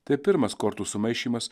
tai pirmas kortų sumaišymas